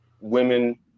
women